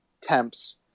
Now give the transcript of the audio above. temps